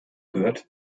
gehört